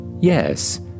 Yes